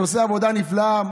שעושה עבודה נפלאה,